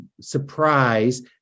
surprise